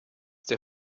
der